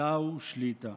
טאו שליט"א,